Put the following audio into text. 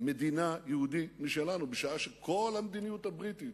מדינה יהודית משלנו, בשעה שכל המדיניות הבריטית,